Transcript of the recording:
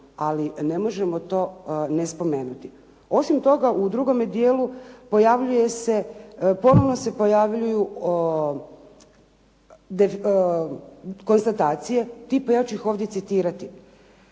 ali ne možemo to ne spomenuti. Osim toga u drugome dijelu pojavljuje se, ponovno se pojavljuju konstatacije, tipa ja ću ih ovdje citirati.